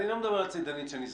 אני לא אומר על צידנית שנזרקת.